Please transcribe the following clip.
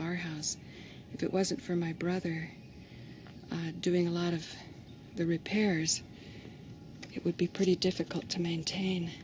our house it wasn't for my brother doing a lot of the repairs it would be pretty difficult to maintain